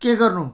के गर्नु